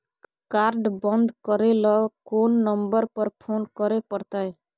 Card बन्द करे ल कोन नंबर पर फोन करे परतै?